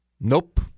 Nope